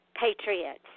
patriots